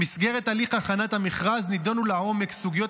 במסגרת הליך הכנת המכרז נדונו לעומק סוגיות